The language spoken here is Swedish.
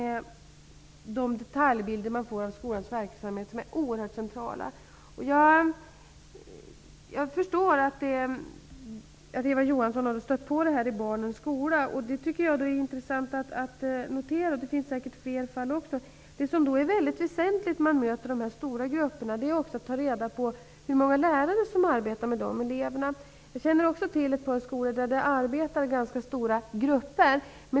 De detaljbilder av skolans verksamhet som man får är oerhört centrala. Jag förstår att Eva Johansson har stött på sådant här i sina barns skola. Det är intressant att notera. Det finns säkert fler fall i detta sammanhang. Väldigt väsentligt när man möter stora grupper är att man tar reda på hur många lärare det är som arbetar med eleverna. Jag känner också till ett par skolor där man arbetar i ganska stora grupper.